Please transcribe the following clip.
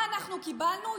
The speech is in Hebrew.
מה אנחנו קיבלנו?